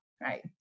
right